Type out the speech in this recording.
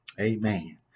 Amen